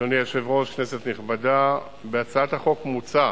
אדוני היושב-ראש, כנסת נכבדה, בהצעת החוק מוצע